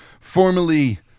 formally